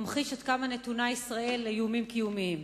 ממחיש עד כמה נתונה ישראל לאיומים קיומיים.